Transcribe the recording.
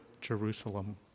Jerusalem